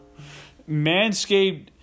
Manscaped